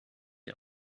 der